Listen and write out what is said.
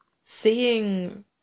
seeing